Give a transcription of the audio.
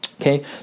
Okay